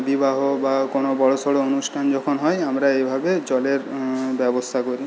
বিবাহ বা কোনো বড়সড় অনুষ্ঠান যখন হয় আমরা এভাবে জলের ব্যবস্থা করি